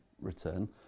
return